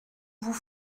vous